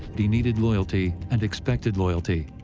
but he needed loyalty and expected loyalty.